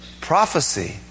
Prophecy